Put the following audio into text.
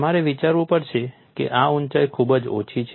તમારે વિચારવું પડશે કે આ ઊંચાઈ ખુબજ ઓછી છે